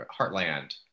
Heartland